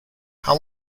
how